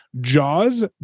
JAWS